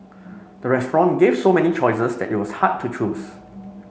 the restaurant gave so many choices that it was hard to choose